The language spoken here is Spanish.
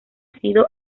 sido